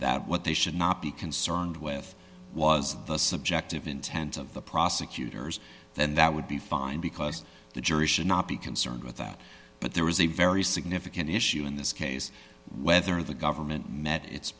that what they should not be concerned with was the subjective intent of the prosecutors then that would be fine because the jury should not be concerned with that but there was a very significant issue in this case whether the government met it